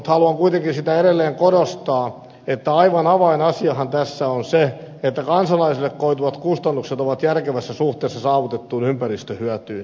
mutta haluan kuitenkin sitä edelleen korostaa että aivan avainasiahan tässä on se että kansalaisille koituvat kustannukset ovat järkevässä suhteessa saavutettuun ympäristöhyötyyn